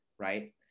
right